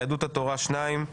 יהדות התורה שניים,